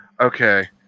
Okay